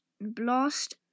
blast